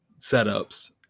setups